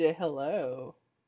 hello